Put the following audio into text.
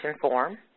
form